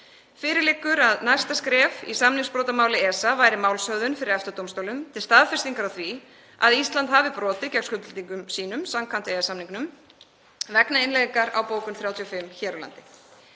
Fyrir liggur að næsta skref í samningsbrotamáli ESA væri málshöfðun fyrir EFTA-dómstólnum til staðfestingar á því að Ísland hafi brotið gegn skuldbindingum sínum samkvæmt EES-samningnum vegna innleiðingar á bókun 35 hér á landi.